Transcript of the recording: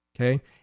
Okay